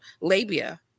labia